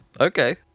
Okay